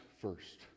first